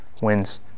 wins